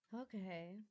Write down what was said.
Okay